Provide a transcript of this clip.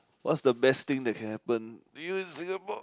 what's the best thing that can happen to you in Singapore